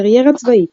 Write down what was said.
קריירה צבאית